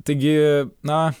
taigi na